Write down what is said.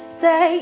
say